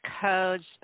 codes